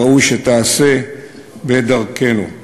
ראוי שזה ייעשה בדרכנו.